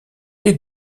les